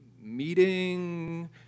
meeting